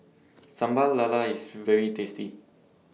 Sambal Lala IS very tasty